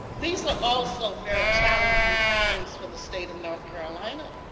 these are also very challenging times for the state of north carolina